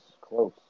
close